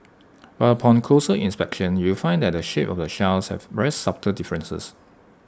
but upon closer inspection you will find that the shape of the shells have very subtle differences